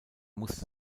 musste